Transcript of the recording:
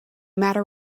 matter